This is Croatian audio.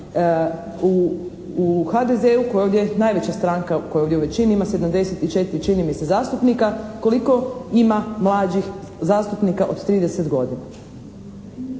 U HDZ-u koji je ovdje najveća stranka, koja je ovdje u većini, ima 74 čini mi se zastupnika, koliko ima mlađih zastupnika od 30 godina?